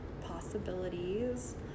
possibilities